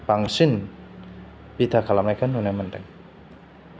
बांसिन बिथा खालामनायखौ नुनो मोनदों